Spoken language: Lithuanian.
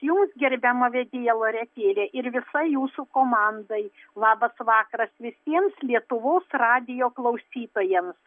jums gerbiama vedėja loretėle ir visai jūsų komandai labas vakaras visiems lietuvos radijo klausytojams